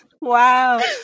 wow